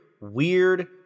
weird